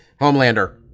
Homelander